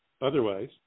otherwise